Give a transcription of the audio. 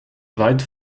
weit